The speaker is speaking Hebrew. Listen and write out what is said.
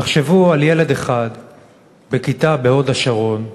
תחשבו על ילד אחד בכיתה בהוד-השרון,